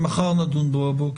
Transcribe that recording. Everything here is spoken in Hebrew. נדון בו מחר בבוקר.